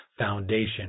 foundation